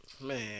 Man